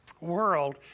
world